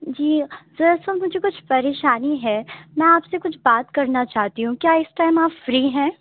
جی sir اصل مجھے کچھ پریشانی ہے میں آپ سے کچھ بات کرنا چاہتی ہوں کیا اس ٹائم آپ فری ہیں